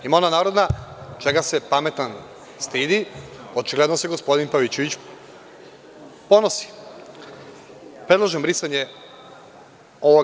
Ima ona narodna – čega se pametan stidi, očigledno se gospodin Pavićević ponosi.